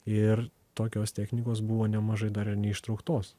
ir tokios technikos buvo nemažai dar ir neištrauktos